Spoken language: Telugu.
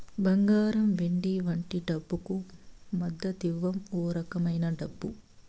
బంగారం వెండి వంటి డబ్బుకు మద్దతివ్వం ఓ రకమైన డబ్బు